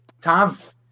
Tav